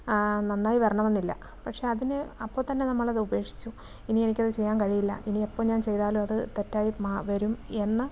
നന്നായി വരണമെന്നില്ല പക്ഷേ അതിനു അപ്പോൾത്തന്നെ നമ്മളത് ഉപേക്ഷിച്ച് ഇനിയെനിക്കത് ചെയ്യാൻ കഴിയില്ല ഇനി എപ്പോൾ ഞാൻ ചെയ്താലും അത് തെറ്റായി വരും എന്ന